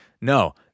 No